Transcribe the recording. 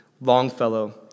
Longfellow